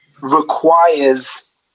requires